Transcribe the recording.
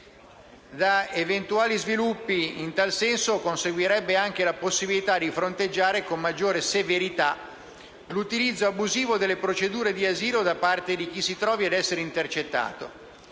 Da eventuali sviluppi in tal senso conseguirebbe anche la possibilità di fronteggiare con maggiore severità l'utilizzo abusivo delle procedure di asilo da parte di chi si trovi ad essere intercettato.